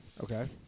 okay